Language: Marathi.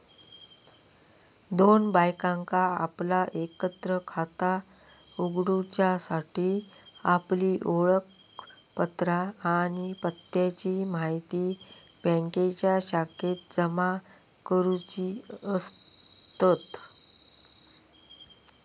दोन बायकांका आपला एकत्र खाता उघडूच्यासाठी आपली ओळखपत्रा आणि पत्त्याची म्हायती बँकेच्या शाखेत जमा करुची असतत